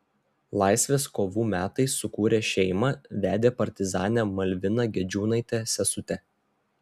laisvės kovų metais sukūrė šeimą vedė partizanę malviną gedžiūnaitę sesutę